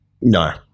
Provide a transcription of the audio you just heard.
No